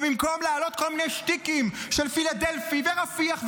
במקום להעלות כל מיני שטיקים של פילדלפי ורפיח,